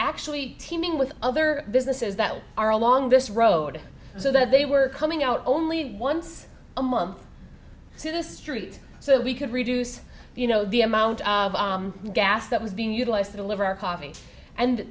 actually teeming with other businesses that are along this road so that they were coming out only once a month to the street so we could reduce you know the amount of gas that was being utilized to deliver our coffee and